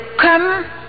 come